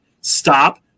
Stop